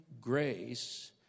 grace